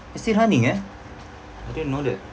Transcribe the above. it's still eh I didn't know that